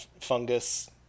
fungus